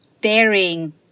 daring